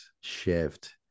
shift